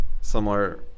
similar